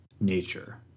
nature